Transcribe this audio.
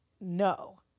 no